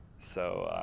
so,